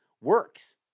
works